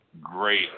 great